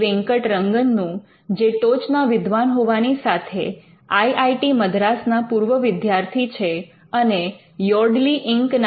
પી વેંકટ રંગનનું જે ટોચના વિદ્વાન હોવાની સાથે આઇ આઇ ટી મદ્રાસ ના પૂર્વ વિદ્યાર્થી છે અને યોડલી ઇંક